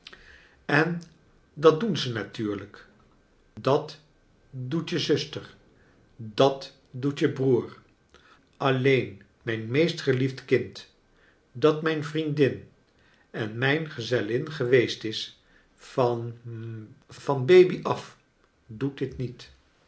en dat doen ze natuurlijk dat doet je zuster dat doet je broer alleen mijn meestgeliefd kind dat mijn vriendin en mijn gezellin geweest is van hm van baby af doet dit niet